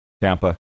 tampa